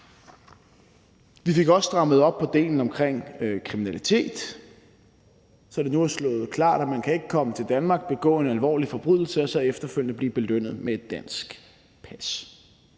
Vi fik også strammet op på delen omkring kriminalitet, så det nu er klart, at man ikke kan komme til Danmark, begå en alvorlig forbrydelse og så efterfølgende blive belønnet med et dansk pas.